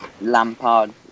Lampard